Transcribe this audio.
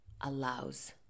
allows